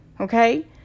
okay